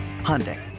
Hyundai